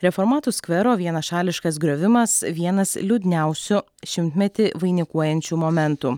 reformatų skvero vienašališkas griovimas vienas liūdniausių šimtmetį vainikuojančių momentų